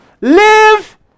Live